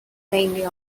mainly